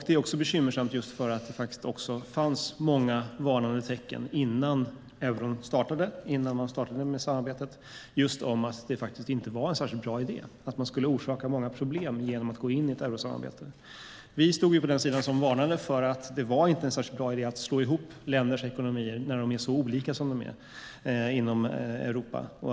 Det är bekymmersamt också eftersom det redan innan man startade med samarbetet fanns många varnande tecken om att det inte var någon särskilt bra idé och att man skulle orsaka många problem genom att gå in i ett eurosamarbete. Vi stod på den sida som sade att det inte var någon bra idé att slå ihop länders ekonomier när de är så olika inom Europa.